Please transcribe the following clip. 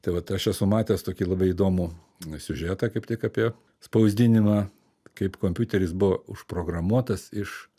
tai vat aš esu matęs tokį labai įdomų siužetą kaip tik apie spausdinimą kaip kompiuteris buvo užprogramuotas iš